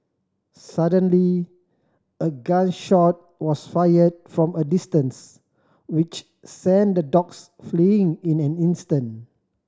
suddenly a gun shot was fired from a distance which sent the dogs fleeing in an instant